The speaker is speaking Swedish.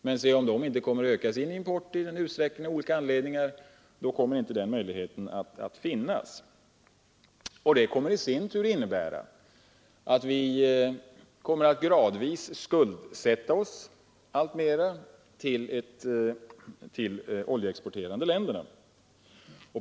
Men om de inte ökar sin import kommer inte den möjligheten att finnas, och det kommer i sin tur att innebära att vi gradvis kommer att skuldsätta oss alltmera till de stora oljeexporterande länderna.